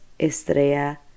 Estrella